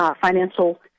financial